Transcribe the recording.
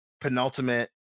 penultimate